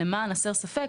למען הסר ספק,